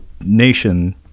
nation